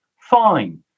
Fine